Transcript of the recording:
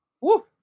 Woo